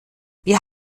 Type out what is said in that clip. wir